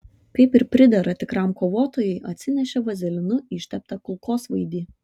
kaip ir pridera tikram kovotojui atsinešė vazelinu išteptą kulkosvaidį